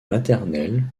maternelle